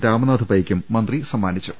രാമനാഥ്പൈക്കും മന്ത്രി സമ്മാനിച്ചു